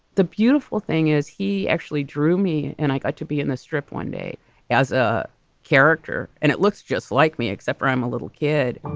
the beautiful thing is he actually drew me and i got to be in the strip one day as a character. and it looks just like me, except i'm a little kid